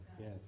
Yes